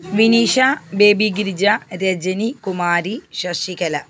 Vineesha Baby Girija Rajani Kumari Sasikala